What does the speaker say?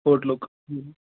ہوٹلُک